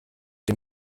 dem